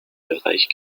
bereich